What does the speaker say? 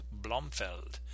Blomfeld